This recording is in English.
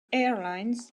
airlines